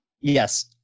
Yes